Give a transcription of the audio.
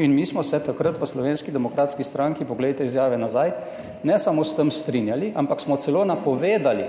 In mi smo se takrat v Slovenski demokratski stranki, poglejte izjave za nazaj, ne samo strinjali s tem, ampak smo celo napovedali,